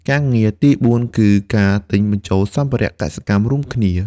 ការងារទីបួនគឺ ការទិញបញ្ចូលសម្ភារៈកសិកម្មរួមគ្នា។